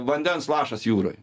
vandens lašas jūroj